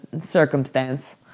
Circumstance